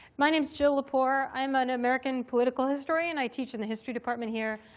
my name is jill lepore. i'm an american political historian, i teach in the history department here.